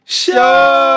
show